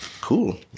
Cool